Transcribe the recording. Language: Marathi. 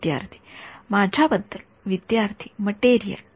विद्यार्थीः माझ्याबद्दल विद्यार्थी मटेरियल